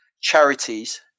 charities